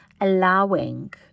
allowing